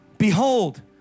Behold